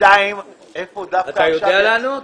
אתה יודע לענות?